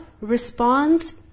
responds